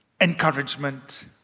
encouragement